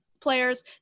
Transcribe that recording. players